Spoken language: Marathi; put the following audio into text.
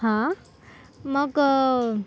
हां मग